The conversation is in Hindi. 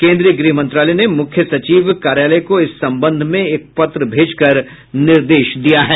केंद्रीय गृह मंत्रालय ने मुख्य सचिव कार्यालय को इस संबंध में एक पत्र भेजकर निर्देश दिया है